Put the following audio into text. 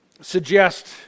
suggest